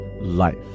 life